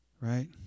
Right